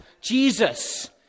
Jesus